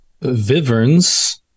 viverns